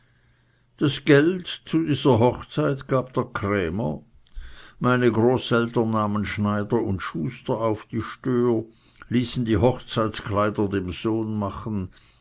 das geld zu dieser hochzeit gab der krämer meine großeltern nahmen schneider und schuster auf die stör ließen die hochzeitskleider dem sohn machen